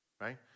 right